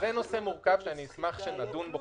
זה נושא מורכב שאני אשמח שנדון בו.